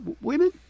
women